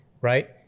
right